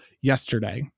yesterday